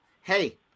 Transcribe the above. hey